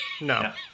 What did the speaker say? No